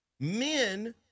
Men